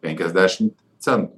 penkiasdešimt centų